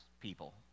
people